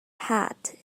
hat